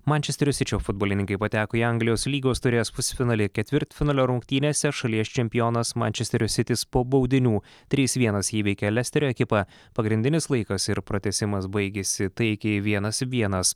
mančesterio sičio futbolininkai pateko į anglijos lygos taurės pusfinalį ketvirtfinalio rungtynėse šalies čempionas mančesterio sitis po baudinių trys vienas įveikė lesterio ekipą pagrindinis laikas ir pratęsimas baigėsi taikiai vienas vienas